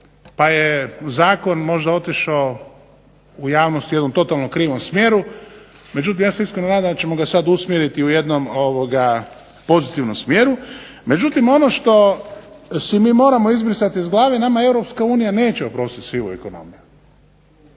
pa je zakon možda otišao u javnost u jednom totalno krivom smjeru, međutim ja se iskreno nadam da ćemo ga sad usmjeriti u jednom pozitivnom smjeru. Međutim ono što si mi moramo izbrisati iz glave, nama Europska unija neće oprostit sivu ekonomiju.